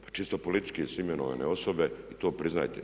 Pa čisto politički su imenovane osobe i to priznajte.